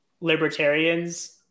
libertarians